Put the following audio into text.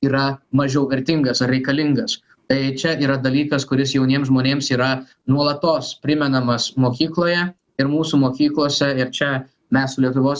yra mažiau vertingas ar reikalingas tai čia yra dalykas kuris jauniems žmonėms yra nuolatos primenamas mokykloje ir mūsų mokyklose ir čia mes su lietuvos